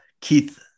Keith